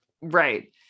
Right